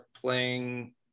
playing